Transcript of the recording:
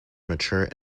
mature